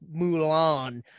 Mulan